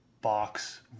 box